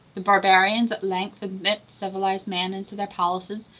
the barbarians at length admit civilized man into their palaces,